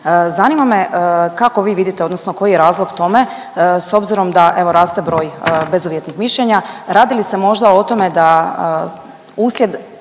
Zanima me kako vi vidite, odnosno koji je razlog tome s obzirom da evo raste broj bezuvjetnih mišljenja? Radi li se možda o tome da uslijed